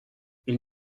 ils